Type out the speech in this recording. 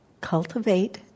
Cultivate